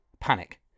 Panic